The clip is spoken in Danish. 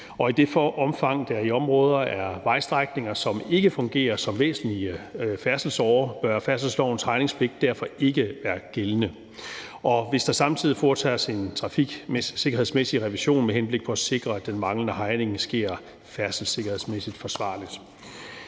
i det omfang, der i områder er vejstrækninger, som ikke fungerer som væsentlige færdselsårer, bør færdselslovens hegningspligt derfor ikke være gældende, hvis der samtidig foretages trafiksikkerhedsmæssig revision med henblik på at sikre, at den manglende hegning sker færdselssikkerhedsmæssigt forsvarligt.